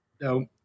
no